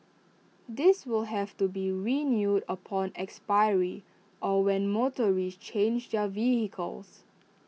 this will have to be renewed upon expiry or when motorists change their vehicles